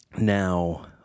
Now